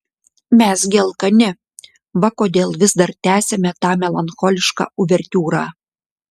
mes gi alkani va kodėl vis dar tęsiame tą melancholišką uvertiūrą